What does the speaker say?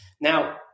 Now